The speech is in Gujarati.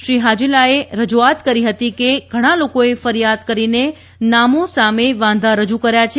શ્રી હાજેલાએ રજૂઆત કરી હતી કે ઘણા લોકોએ ફરિયાદ કરીને નામો સામે વાંધા રજૂ કર્યા છે